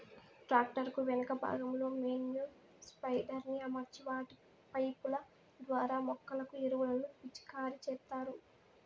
tractor కు వెనుక భాగంలో మేన్యుర్ స్ప్రెడర్ ని అమర్చి వాటి పైపు ల ద్వారా మొక్కలకు ఎరువులను పిచికారి చేత్తారు